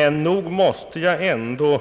Jag kan emellertid